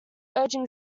urging